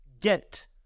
get